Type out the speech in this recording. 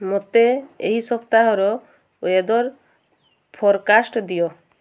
ମୋତେ ଏହି ସପ୍ତାହର ୱେଦର୍ ଫୋର୍କାଷ୍ଟ୍ ଦିଅ